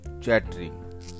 chattering